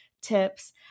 tips